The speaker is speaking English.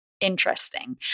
interesting